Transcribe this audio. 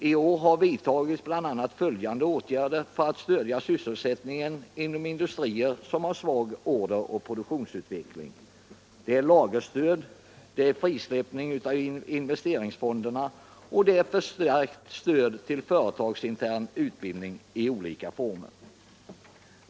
I år har bl.a. följande åtgärder vidtagits för att stödja sysselsättningen inom industrier med svag order och produktionsutveckling: lagerstöd, fristäppning av investeringsfonder och förstärkt stöd till företagsintern utbildning i olika former.